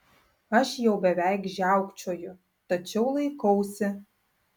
aš jau beveik žiaukčioju tačiau laikausi